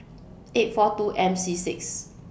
eight four two M C six